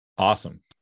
Awesome